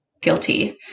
guilty